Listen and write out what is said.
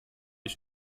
ich